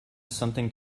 something